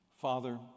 Father